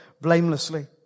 blamelessly